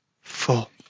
full